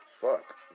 fuck